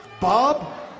Bob